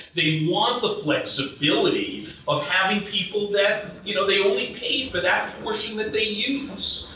they want the flexibility of having people that, you know they only pay for that portion that they use.